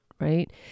Right